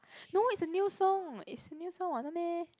no it's a new song it's new song [what] not meh